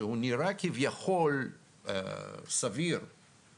שנראה כביכול סביר,